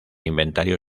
inventario